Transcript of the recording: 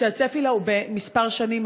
שהצפי לה הוא כמה שנים.